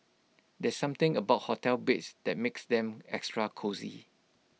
there's something about hotel beds that makes them extra cosy